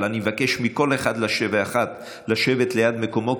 אני מבקש מכל אחד ואחת לשבת במקומו,